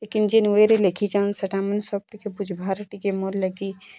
ଲିକିନ୍ ଯେନ୍ ୱେରେ ଲେଖିଛନ୍ ସେଟା ମୁଁ ସବ୍ ଟିକେ ବୁଝିବାର୍ ଟିକେ ମୋର୍ ଲାଗି